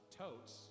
totes